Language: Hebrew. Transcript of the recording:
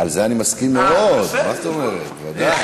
על זה אני מסכים מאוד, מה זאת אומרת, ודאי.